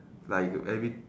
like you every